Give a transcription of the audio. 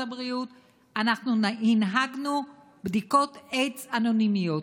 הבריאות אנחנו הנהגנו בדיקות איידס אנונימיות.